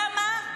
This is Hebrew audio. למה?